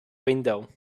window